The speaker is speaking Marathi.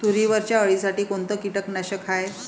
तुरीवरच्या अळीसाठी कोनतं कीटकनाशक हाये?